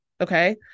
Okay